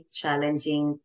challenging